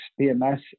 BMS